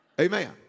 Amen